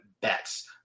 Bets